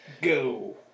Go